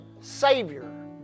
Savior